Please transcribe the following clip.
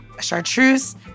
Chartreuse